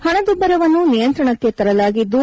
ಹಣದುಬ್ಬರವನ್ನು ನಿಯಂತ್ರಣಕ್ಕೆ ತರಲಾಗಿದ್ದು